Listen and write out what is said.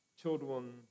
Children